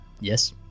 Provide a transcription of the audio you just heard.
Yes